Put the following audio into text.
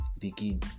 begin